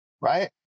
right